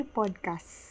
podcast